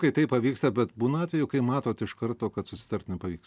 kai tai pavyksta bet būna atvejų kai matot iš karto kad susitart nepavyks